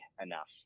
enough